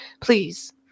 Please